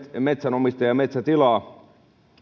metsänomistajaa metsätilaa